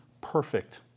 perfect